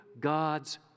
God's